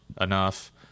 enough